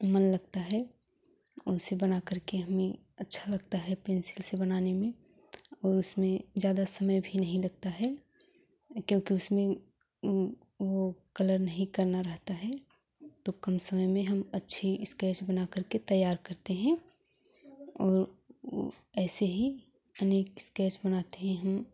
मन लगता है उनसे बनाकर के हमें अच्छा लगता है पेंसिल से बनाने में और उसमें ज्यादा समय भी नहीं लगता है क्योंकि उसमें वो कलर नहीं करना रहता है तो कम समय में हम अच्छे स्केच बनाकर के तैयार करते हैं और ऐसे ही अनेक स्केच बनाते हैं